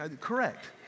Correct